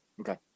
Okay